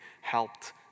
helped